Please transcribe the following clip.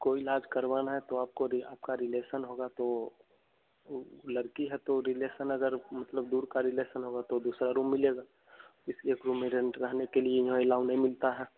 कोई इलाज करवाना है तो आपको रि आपका रिलेसन होगा तो लड़की है तो रिलेसन अगर मतलब दूर का रिलेसन होगा तो दूसरा रूम मिलेगा इसलिए एक रूम में रेंट रहने के लिए यहाँ एलाउ नहीं मिलता है